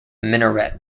minaret